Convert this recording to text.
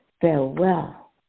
Farewell